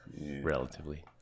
Relatively